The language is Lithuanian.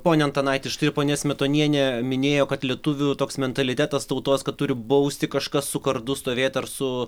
pone antanaiti štai ponia smetonienė minėjo kad lietuvių toks mentalitetas tautos kad turi bausti kažkas su kardu stovėti ar su